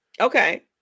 Okay